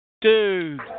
Dude